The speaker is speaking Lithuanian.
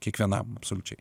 kiekvienam absoliučiai